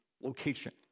location